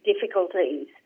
difficulties